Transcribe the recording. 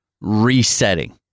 resetting